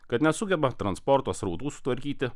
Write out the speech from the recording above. kad nesugeba transporto srautų sutvarkyti